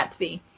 Gatsby